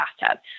bathtub